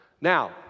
Now